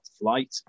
flight